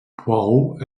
poirot